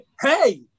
Hey